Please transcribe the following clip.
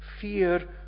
fear